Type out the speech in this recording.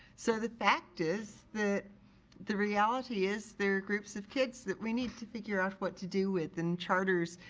so the fact is that the reality is there are groups of kids that we need to figure out what to do with and charters,